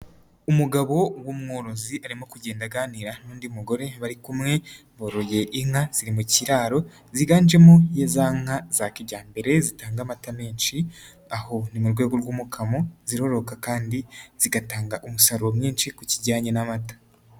Umugabo w'umworozi arimo kugenda aganira n'undi mugore bari kumwe, boroye inka ziri mu kiraro ziganjemo ya za nka za kijyambere, zitanga amata menshi aho ni mu rwego rw'umukamo, zirororoka kandi zigatanga umusaruro mwinshi ku kijyanye n'amata.